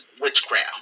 witchcraft